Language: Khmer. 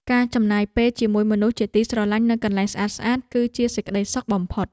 ការចំណាយពេលជាមួយមនុស្សជាទីស្រឡាញ់នៅកន្លែងស្អាតៗ គឺជាសេចក្តីសុខបំផុត។